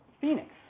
Phoenix